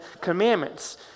commandments